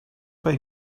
bei